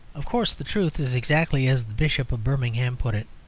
of course the truth is exactly as the bishop of birmingham put it.